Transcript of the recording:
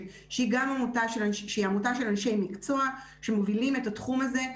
שהיא עמותה של אנשי מקצוע שמובילים את התחום הזה,